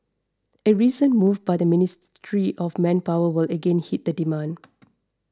a recent move by the Ministry of Manpower will again hit the demand